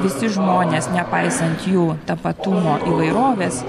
visi žmonės nepaisant jų tapatumo įvairovės